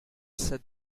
said